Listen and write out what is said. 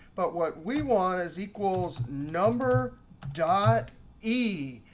but what we want is equals number dot e.